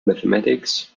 mathematics